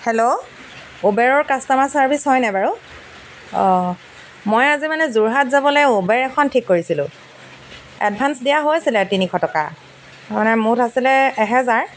hello উবেৰৰ customer service হয়নে বাৰু অঁ মই আজি মানে যোৰহাট যাবলৈ উবেৰ এখন ঠিক কৰিছিলোঁ এডভান্স দিয়া হৈছিলে তিনিশ টকা তাৰমানে মুঠ আছিলে এহেজাৰ